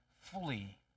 fully